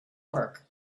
park